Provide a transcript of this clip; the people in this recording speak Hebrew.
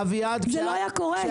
זה לא היה קורה.